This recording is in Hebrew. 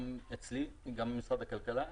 גם אצלי, גם במשרד הכלכלה,